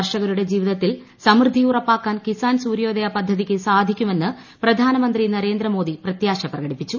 കർഷക്രൂടെ ജീവിതത്തിൽ സമൃദ്ധി ഉറപ്പാക്കാൻ കിസാൻ സൂര്യോദയ്ക്പിട്ടുതിക്ക് സാധിക്കുമെന്ന് പ്രധാനമന്ത്രി നരേന്ദ്രമോദി പ്രത്യാൾ പ്രകടിപ്പിച്ചു